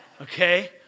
okay